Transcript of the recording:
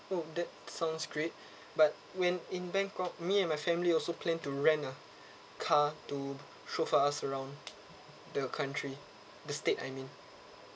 oh that sounds great but when in bangkok me and my family also plan to rent a car to show for us around the country the state I mean